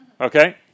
okay